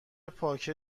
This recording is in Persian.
پاکه